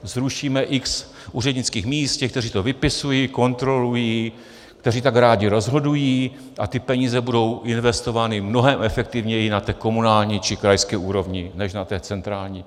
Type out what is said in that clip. Zrušíme x úřednických míst těch, kteří to vypisují, kontrolují, kteří tak rádi rozhodují, a ty peníze budou investovány mnohem efektivněji na komunální či krajské úrovni než na té centrální.